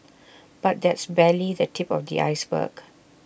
but that's barely the tip of the iceberg